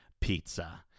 pizza